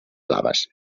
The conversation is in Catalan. blaves